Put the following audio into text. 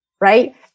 right